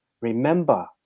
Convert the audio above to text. remember